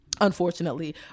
unfortunately